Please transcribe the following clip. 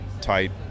tight